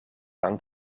lang